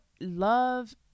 love